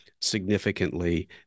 significantly